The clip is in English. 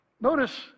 Notice